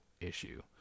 issue